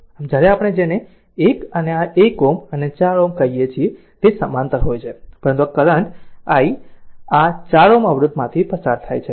આમ જ્યારે પણ આપણે જેને આ 1 અને 1 Ω અને 4 Ωl કહીએ છીએ તે સમાંતર હોય છે પરંતુ આ i કરંટ i આ 4 Ωઅવરોધમાંથી પસાર થાય છે